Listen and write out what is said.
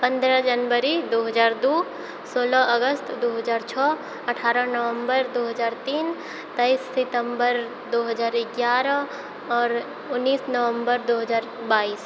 पन्द्रह जनवरी दू हजार दू सोलह अगस्त दू हजार छओ अठारह नवम्बर दू हजार तीन तैइस सितम्बर दू हजार एगारह आओर उन्नैस नवम्बर दू हजार बाइस